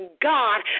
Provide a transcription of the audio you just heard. God